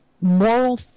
Moral